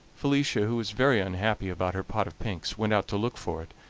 felicia, who was very unhappy about her pot of pinks, went out to look for it,